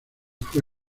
fue